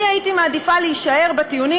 אני הייתי מעדיפה להישאר בטיעונים,